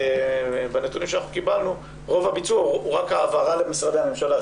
בנתונים שאנחנו קיבלנו רוב הביצוע הוא רק העברה למשרדי הממשלה.